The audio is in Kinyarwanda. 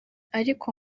ariko